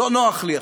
לא נוח לי עכשיו,